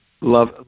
Love